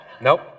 Nope